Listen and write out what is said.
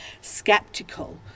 skeptical